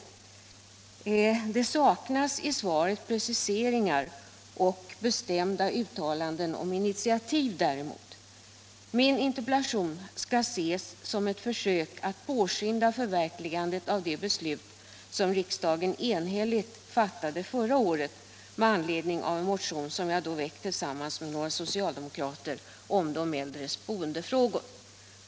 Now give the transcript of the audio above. Däremot saknas i svaret preciseringar och bestämda uttalanden om initiativ. Min interpellation skall ses som ett försök att påskynda förverkligandet av det beslut som riksdagen enhälligt fattade förra året med anledning av en motion som jag då väckt tillsammans med några socialdemokrater om frågor som rör de äldres boende.